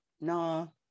No